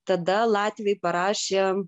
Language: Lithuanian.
tada latviai parašė